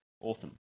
awesome